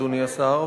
אדוני השר,